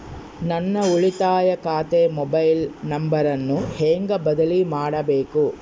ನನ್ನ ಉಳಿತಾಯ ಖಾತೆ ಮೊಬೈಲ್ ನಂಬರನ್ನು ಹೆಂಗ ಬದಲಿ ಮಾಡಬೇಕು?